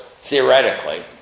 theoretically